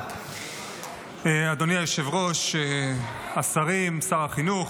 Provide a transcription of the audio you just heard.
אדוני היושב-ראש, חבריי השרים, שר החינוך,